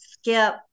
skip